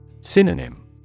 Synonym